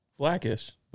Blackish